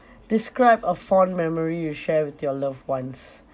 describe a fond memory you share with your loved ones